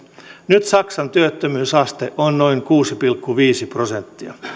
nyt saksan työttömyysaste on noin kuusi pilkku viisi prosenttia